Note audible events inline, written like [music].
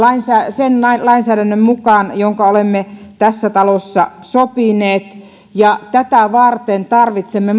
sen lainsäädännön mukaan jonka olemme tässä talossa sopineet tätä varten tarvitsemme [unintelligible]